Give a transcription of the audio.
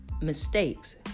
mistakes